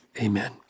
Amen